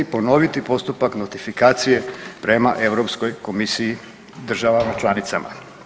ponoviti postupak notifikacije prema Europskoj komisiji državama članicama.